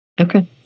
Okay